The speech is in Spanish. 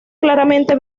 claramente